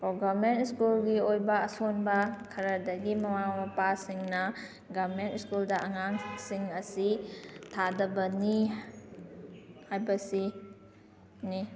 government ꯁ꯭ꯀꯨꯜꯒꯤ ꯑꯣꯏꯕ ꯑꯁꯣꯟꯕ ꯈꯔꯗꯒꯤ ꯃꯃꯥ ꯃꯄꯥꯁꯤꯡꯅ ꯒꯚꯔꯟꯃꯦꯟꯠ ꯁ꯭ꯀꯨꯜꯗ ꯑꯉꯥꯡꯁꯤꯡ ꯑꯁꯤ ꯊꯥꯗꯕꯅꯤ ꯍꯥꯏꯕꯁꯤ ꯅꯤ